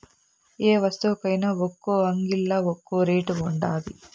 యే వస్తువుకైన ఒక్కో అంగిల్లా ఒక్కో రేటు ఉండాది